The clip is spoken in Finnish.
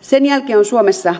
sen jälkeen on suomessa